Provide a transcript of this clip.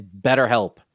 BetterHelp